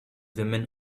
women